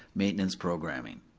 maintenance programming.